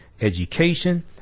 education